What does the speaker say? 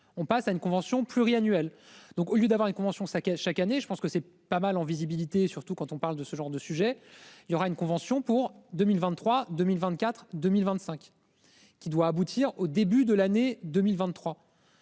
on passe à une convention pluriannuelle, donc au lieu d'avoir une convention caisse chaque année je pense que c'est pas mal en visibilité, surtout quand on parle de ce genre de sujet. Il y aura une convention pour 2023 2024 2025. Qui doit aboutir au début de l'année 2023.